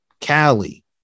Cali